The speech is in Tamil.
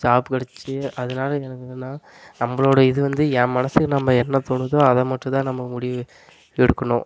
ஜாப் கிடைச்சிச்சி அதனால எனக்கு என்னனா நம்மளுடைய இது வந்து ஏன் மனசுக்கு நம்ம என்ன தோணுதோ அதை மட்டுந்தான் நம்ம முடிவு எடுக்கணும்